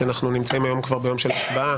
כי אנחנו נמצאים היום כבר ביום של הצבעה,